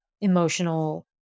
emotional